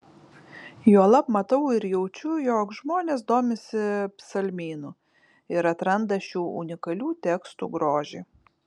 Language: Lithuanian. juolab matau ir jaučiu jog žmonės domisi psalmynu ir atranda šių unikalių tekstų grožį